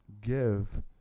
give